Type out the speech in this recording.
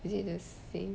is it the same